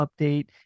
update